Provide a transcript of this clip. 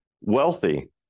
wealthy